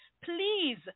please